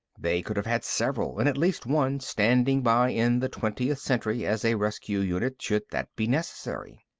they could have had several and at least one standing by in the twentieth century as a rescue unit, should that be necessary.